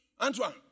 Antoine